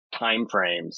timeframes